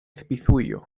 svisujo